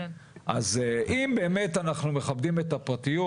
אז אם באמת אנחנו מכבדים את הפרטיות,